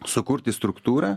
sukurti struktūrą